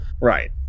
Right